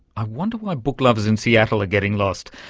i wonder why book lovers in seattle are getting lost!